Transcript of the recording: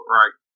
right